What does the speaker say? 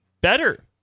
better